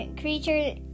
creature